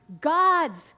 God's